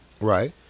right